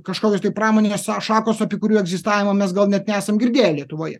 kažkokios tai pramonės šakos apie kurių egzistavimą mes gal net nesam girdėję lietuvoje